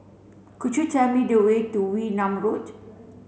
could you tell me the way to Wee Nam Road